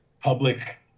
public